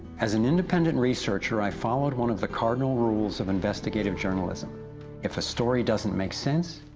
as an independent researcher, i followed one of the cardinal rules of investigative journalism if a story doesn't make sense,